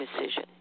decision